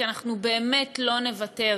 כי אנחנו באמת לא נוותר.